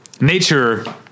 nature